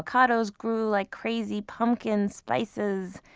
avocados grew like crazy, pumpkins, spices,